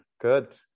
Good